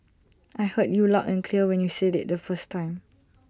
I heard you loud and clear when you said IT the first time